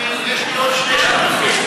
יש לי עוד שני שותפים.